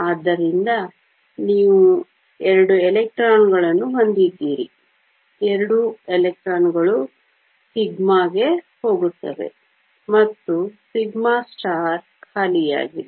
ಆದ್ದರಿಂದ ನೀವು ಎರಡು ಎಲೆಕ್ಟ್ರಾನ್ಗಳನ್ನು ಹೊಂದಿದ್ದೀರಿ ಎರಡೂ ಎಲೆಕ್ಟ್ರಾನ್ಗಳು σ ಗೆ ಹೋಗುತ್ತವೆ ಮತ್ತು σ ಖಾಲಿಯಾಗಿದೆ